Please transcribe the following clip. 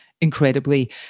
incredibly